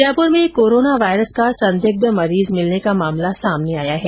जयपूर में corona virus का संदिग्ध मरीज मिलने का मामला सामने आया है